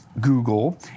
Google